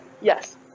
Yes